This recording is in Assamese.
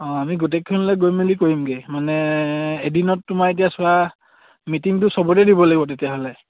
অঁ আমি গোটেইকখনলৈ গৈ মেলি কৰিমগে মানে এদিনত তোমাৰ এতিয়া চোৱা মিটিংটো চবতে দিব লাগিব তেতিয়াহ'লে